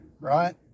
right